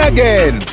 Again